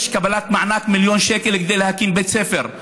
מענק של מיליון שקל כדי להקים בית ספר.